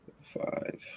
Five